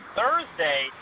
Thursday